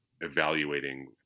evaluating